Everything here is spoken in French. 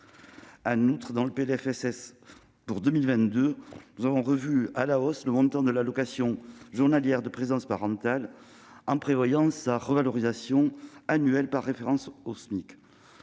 sociale pour 2022 revoit à la hausse le montant de l'allocation journalière de présence parentale en prévoyant sa revalorisation annuelle par référence au SMIC.